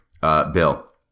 Bill